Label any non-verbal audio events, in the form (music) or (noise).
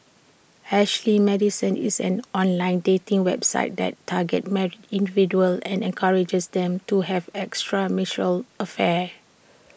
Ashley Madison is an online dating website that targets married individuals and encourages them to have (unintelligible) affairs